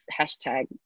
hashtag